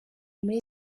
muri